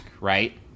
right